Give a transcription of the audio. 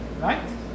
Right